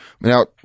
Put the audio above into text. now